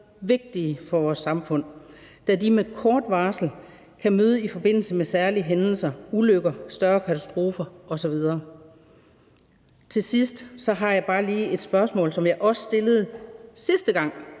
vigtige for vores samfund, da de med kort varsel kan møde i forbindelse med særlige hændelser, ulykker, større katastrofer osv. Til sidst har jeg bare lige et spørgsmål, som jeg også stillede, sidste gang